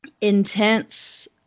intense